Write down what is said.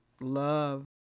love